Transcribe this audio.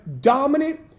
Dominant